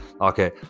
okay